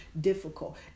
difficult